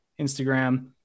Instagram